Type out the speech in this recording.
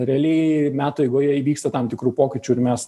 realiai metų eigoje įvyksta tam tikrų pokyčių ir mes